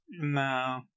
No